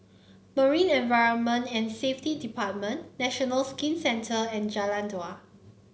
Marine Environment and Safety Department National Skin Centre and Jalan Dua